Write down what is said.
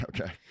Okay